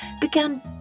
began